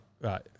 Right